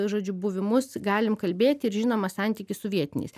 žodžiu buvimus galim kalbėti ir žinoma santykį su vietiniais